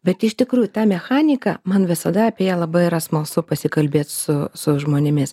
bet iš tikrųjų ta mechanika man visada apie ją labai yra smalsu pasikalbėt su su žmonėmis